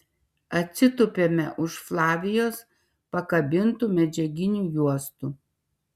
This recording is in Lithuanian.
atsitupiame už flavijos pakabintų medžiaginių juostų